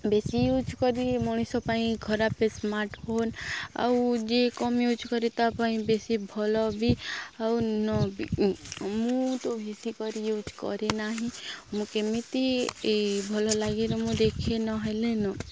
ବେଶୀ ୟୁଜ୍ କରି ମଣିଷ ପାଇଁ ଖରାପେ ସ୍ମାର୍ଟଫୋନ୍ ଆଉ ଯିଏ କମ୍ ୟୁଜ୍ କରେ ତା ପାଇଁ ବେଶି ଭଲ ବି ଆଉ ନ ବି ମୁଁ ତ ବେଶି କରି ୟୁଜ୍ କରେ ନାହିଁ ମୁଁ କେମିତି ଏଇ ଭଲ ଲାଗିର ମୁଁ ଦେଖେ ନହେଲେନ